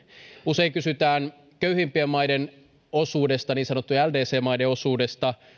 usein kysytään köyhimpien maiden niin sanottujen ldc maiden osuudesta